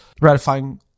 ratifying